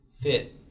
fit